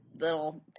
little